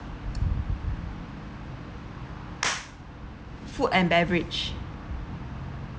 food and beverages